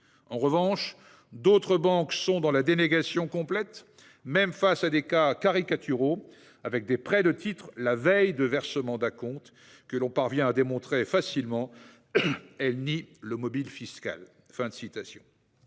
En revanche, d'autres banques sont dans la dénégation complète ; même face à des cas caricaturaux, avec des prêts de titres la veille de versement d'acomptes, que l'on parvient à démontrer facilement, elles nient le mobile fiscal.